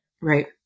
right